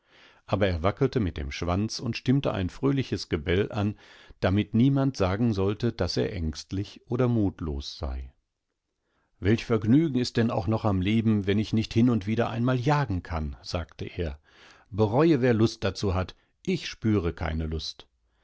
es würdesicherfreuderingsumherimdickichtherrschen wennsiewüßten was deinerharrt karr dachteer abererwackeltemitdemschwanzundstimmte ein fröhliches gebell an damit niemand sagen sollte daß er ängstlich oder mutlossei welch vergnügen ist denn auch noch am leben wenn ich nicht hin und wieder einmal jagen kann sagte er bereue wer lust dazu hat ich spüre keinelust